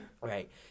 right